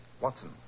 Watson